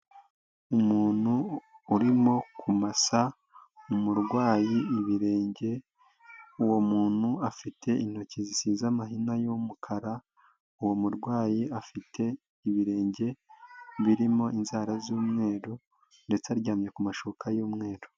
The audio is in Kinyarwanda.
Umuntu urimo kumasa umurwayi ibirenge, uwo muntu afite intoki zisize amahina y'umukara. Uwo murwayi afite ibirenge birimo inzara z'umweru ndetse aryamye ku mashuka y'mweru.